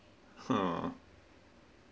(huh)